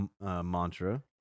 mantra